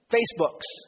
Facebooks